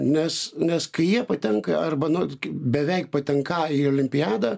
nes nes kai jie patenka arba nu beveik patenką į olimpiadą